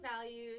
values